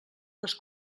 les